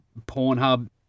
Pornhub